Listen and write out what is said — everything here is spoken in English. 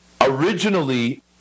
originally